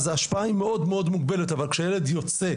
אז ההשפעה היא מאוד מאוד מוגבלת, אבל כשהילד יוצא,